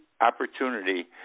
opportunity